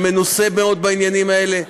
שמנוסה מאוד בעניינים האלה,